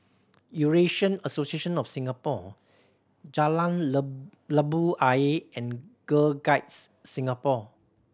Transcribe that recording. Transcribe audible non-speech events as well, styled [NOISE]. Eurasian Association of Singapore Jalan [UNINTELLIGIBLE] Labu Ayer and Girl Guides Singapore